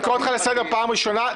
לקרוא אותך לסדר פעם ראשונה?